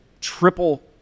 triple